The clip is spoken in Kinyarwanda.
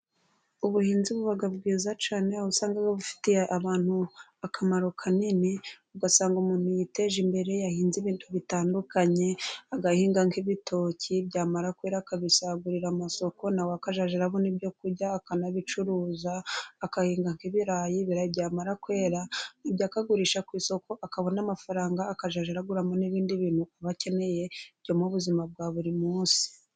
Ubuhinzi buba bwiza cyane aho ubusanga bufitiye abantu akamaro kanini, ugasanga umuntu yiteje imbere, yahinze ibintu bitandukanye, agahinga nk'ibitoki byamara kwera akabisagurira amasoko, na we akajya abona ibyo kurya, akanabicuruza agahinga nk'ibirayi. Ibirayi byamara kwera akajya kubigurisha ku isoko, akabona amafaranga, akajya aguramo n'ibindi bintu aba akeneye byo mu buzima bwa buri munsi.